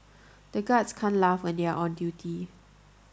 the guards can't laugh when they are on duty